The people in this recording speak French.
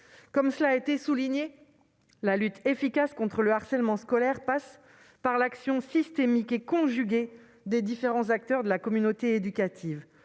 Comme cela a été souligné, l'efficacité de la lutte contre le harcèlement scolaire passe par l'action systémique et conjuguée des différents acteurs de la communauté éducative.